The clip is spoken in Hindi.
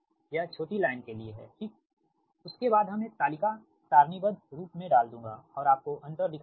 यह छोटी लाइन के लिए हैठीक उसके बाद हम एक तालिका सारणीबद्ध रूप में डाल दूँगा और आपको अंतर दिखाई देगा